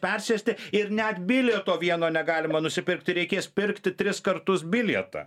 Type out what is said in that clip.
persėsti ir net bilieto vieno negalima nusipirkti reikės pirkti tris kartus bilietą